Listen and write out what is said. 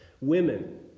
women